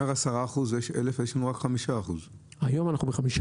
אומר 10% יש 1,000 אז יש לנו רק 5%. היום אנחנו ב-5%,